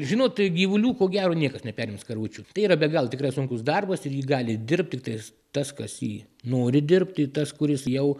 žinot gyvulių ko gero niekas neperims karvučių tai yra be galo tikrai sunkus darbas ir jį gali dirbt tiktais tas kas jį nori dirbt i tas kuris jau